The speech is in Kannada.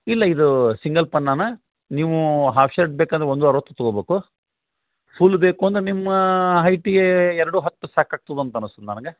ಇಲ್ಲ ಇದು ಸಿಂಗಲ್ ಪನ್ನನ ನೀವೂ ಹಾಫ್ ಶರ್ಟ್ ಬೇಕಂದ್ರೆ ಒಂದು ಅರ್ವತ್ತು ತಗೋಬೋಕು ಫುಲ್ ಬೇಕು ಅಂದ್ರೆ ನಿಮ್ಮ ಹೈಟಿಗೇ ಎರಡು ಹತ್ತು ಸಾಕಾಗ್ತದೆ ಅಂತ ಅನಿಸ್ತದ್ ನನಗೆ